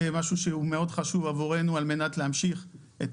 זה משהו שהוא מאוד חשוב עבורנו על מנת להמשיך את